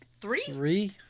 three